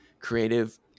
creative